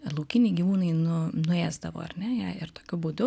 laukiniai gyvūnai nu nuėsdavo ar ne ją ir tokiu būdu